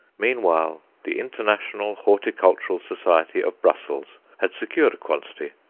meanwhile, the international horticultural society of brussels had secured a quantity,